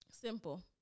Simple